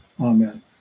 Amen